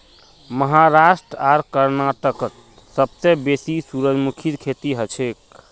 महाराष्ट्र आर कर्नाटकत सबसे बेसी सूरजमुखीर खेती हछेक